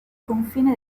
confine